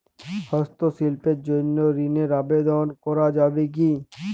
হস্তশিল্পের জন্য ঋনের আবেদন করা যাবে কি?